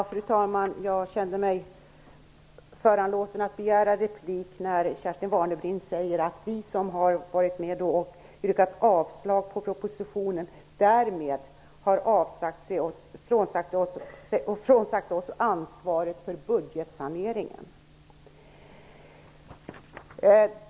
Fru talman! Jag kände mig föranlåten att begära replik när Kerstin Warnerbring sade att vi som har yrkat avslag på propositionens förslag därmed har frånsagt oss ansvaret för budgetsaneringen.